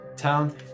town